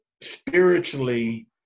spiritually